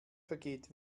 vergeht